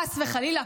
חס וחלילה,